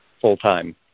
full-time